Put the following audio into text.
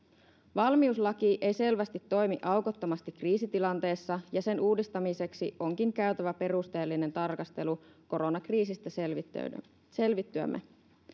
valmiuslaki ei selvästi toimi aukottomasti kriisitilanteessa ja sen uudistamiseksi onkin käytävä perusteellinen tarkastelu koronakriisistä selvittyämme selvittyämme